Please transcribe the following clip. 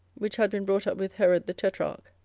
which had been brought up with herod the tetrarch,